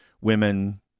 women